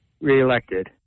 reelected